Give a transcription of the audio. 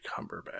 cumberbatch